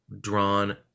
drawn